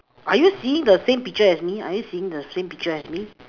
are you seeing the same picture as me are you seeing the same picture as me